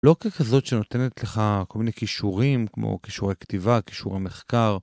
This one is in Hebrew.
לא ככזאת שנותנת לך כל מיני כישורים כמו כישורי כתיבה, כישורי מחקר